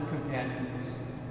companions